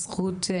הזכות,